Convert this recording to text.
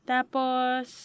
Tapos